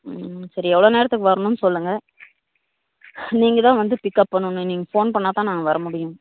ம் சரி எவ்வளோ நேரத்துக்கு வரணும் சொல்லுங்கள் நீங்கள் தான் வந்து பிக்கப் பண்ணனும் நீங்கள் ஃபோன் பண்ணால் தான் நாங்கள் வர முடியும்